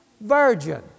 virgin